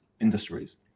industries